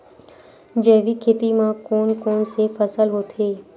जैविक खेती म कोन कोन से फसल होथे?